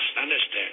understand